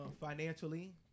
financially